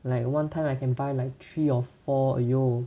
like one time I can buy like three or four !aiyo!